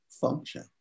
function